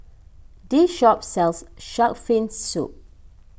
this shop sells Shark's Fin Soup